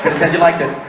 said you like it